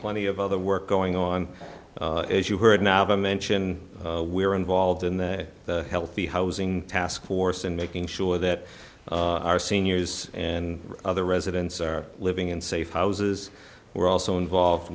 plenty of other work going on as you heard now to mention we are involved in the healthy housing task force and making sure that our seniors and other residents are living in safe houses were also involved